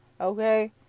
Okay